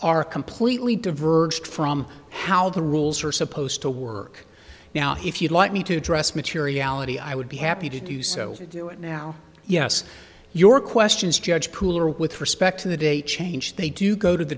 are completely diverge from how the rules are supposed to work now if you'd like me to address materiality i would be happy to do so do it now yes your questions judge pooler with respect to the date change they do go to the